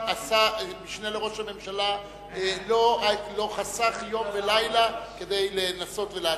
המשנה לראש הממשלה לא חסך יום ולילה כדי לנסות ולעזור.